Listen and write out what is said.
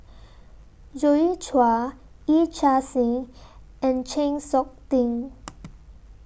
Joi Chua Yee Chia Hsing and Chng Seok Tin